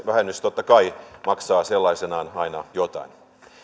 vähennys totta kai maksaa sellaisenaan aina jotain